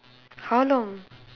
how long